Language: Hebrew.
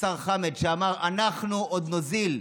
השר חמד שאמר: אנחנו עוד נוזיל.